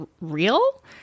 real